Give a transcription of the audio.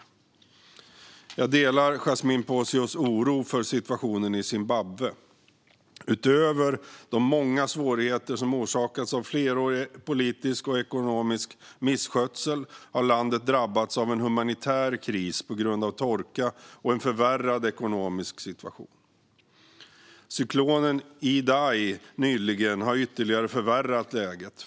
Svar på interpellationer Jag delar Yasmine Posios oro för situationen i Zimbabwe. Utöver de många svårigheter som orsakats av flerårig politisk och ekonomisk missskötsel har landet drabbats av en humanitär kris på grund av torka och en förvärrad ekonomisk situation. Cyklonen Idai har nyligen ytterligare förvärrat läget.